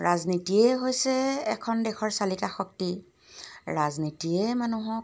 ৰাজনীতিয়ে হৈছে এখন দেশৰ চালিকা শক্তি ৰাজনীতিয়ে মানুহক